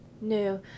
no